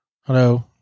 Hello